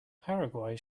paraguay